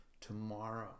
tomorrow